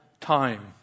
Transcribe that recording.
time